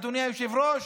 אדוני היושב-ראש,